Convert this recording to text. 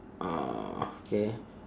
uh okay